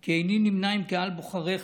כי איני נמנה עם קהל בוחריך.